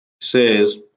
Says